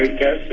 ah got